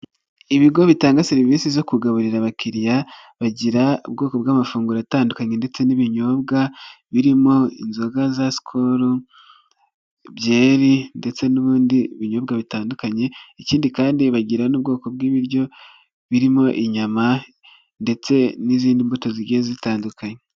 Ibigo bitanga serivisi zo kugaburira abakiriya, bagira ubwoko bw'amafunguro atandukanye ndetse n'ibinyobwa, birimo inzoga za Skol, byeri ndetse n'ibindi binyobwa bitandukanye, ikindi kandi bagira n'ubwoko bw'ibiryo birimo inyama, ndetse n'izindi mbuto zigiye zitandukanye.